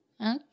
okay